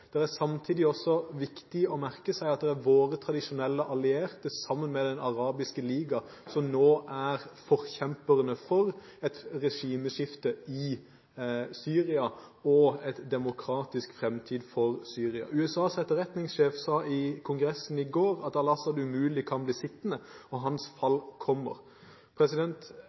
er samtidig også viktig å merke seg at det er våre tradisjonelle allierte, sammen med Den arabiske liga, som nå er forkjemperne for et regimeskifte i Syria og en demokratisk framtid for Syria. USAs etterretningssjef sa i Kongressen i går at al-Assad umulig kan bli sittende, og hans fall kommer.